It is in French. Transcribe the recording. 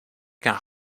qu’un